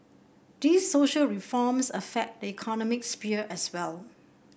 these social reforms affect the economic sphere as well